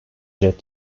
jet